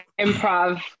improv